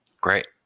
Great